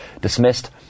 dismissed